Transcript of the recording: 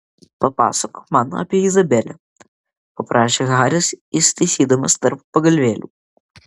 papasakok man apie izabelę paprašė haris įsitaisydamas tarp pagalvėlių